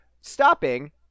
stopping